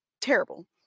terrible